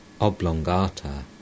oblongata